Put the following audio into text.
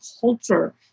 culture